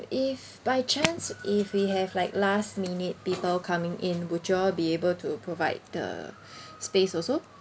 if by chance if we have like last minute people coming in would you all be able to provide the space also